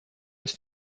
ist